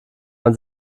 man